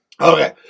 Okay